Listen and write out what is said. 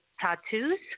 tattoos